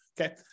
Okay